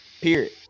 Period